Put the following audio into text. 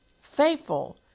Faithful